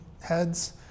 heads